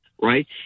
Right